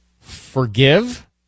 forgive